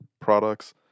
products